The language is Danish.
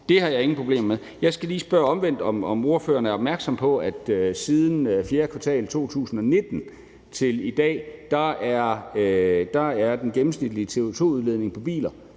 Det har jeg ingen problemer med. Jeg skal lige omvendt spørge, om ordføreren er opmærksom på, at siden fjerde kvartal i 2019 er den gennemsnitlige CO2-udledning fra de